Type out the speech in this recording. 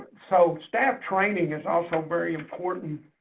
so staff training is also very important.